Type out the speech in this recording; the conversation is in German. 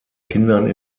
kindern